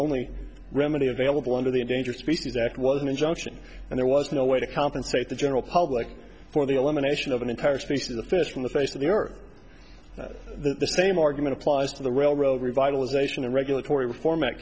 only remedy available under the endangered species act was an injunction and there was no way to compensate the general public for the elimination of an entire species of the fish from the face of the earth the same argument applies to the railroad revitalization and regulatory reform